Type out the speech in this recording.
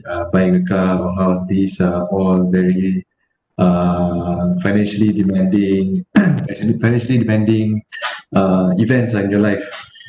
uh buying a car or house these are all very uh financially demanding actually financially depending uh events like in your life